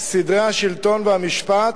סדרי השלטון והמשפט,